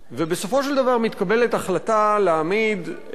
ובסופו של דבר מתקבלת החלטה להעמיד את